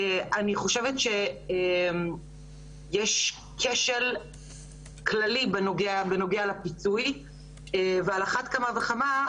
אני חושבת שיש כשל כללי בנוגע לפיצוי ועל אחת כמה וכמה,